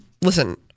listen